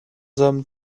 hommes